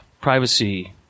privacy